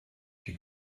die